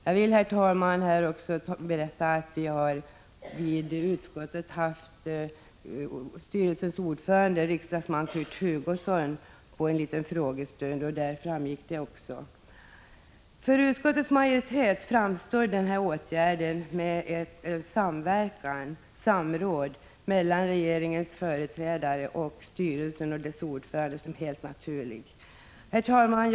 Jag vill, herr talman, tala om att styrelseordföranden, riksdagsman Kurt Hugosson, har varit i utskottet på en utfrågning. För utskottets majoritet framstår denna åtgärd med en samverkan och ett samråd mellan regeringens företrädare och styrelsen och dess ordförande som helt naturlig. Herr talman!